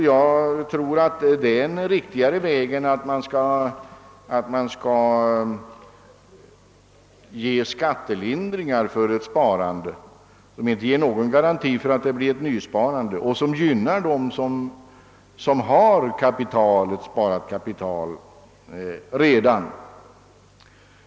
Jag anser att detta är en riktigare väg att gå än att ge skattelindringar för ett sparande som inte lämnar någon garanti för att det blir ett nysparande och som gynnar dem som redan har ett sparat kapital. Herr talman!